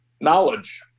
Knowledge